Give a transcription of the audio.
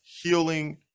healing